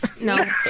No